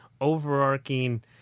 overarching